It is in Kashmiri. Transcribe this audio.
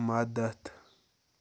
مدتھ